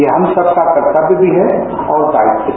यह हम सबका कर्तव्य भी है और दायित्व भी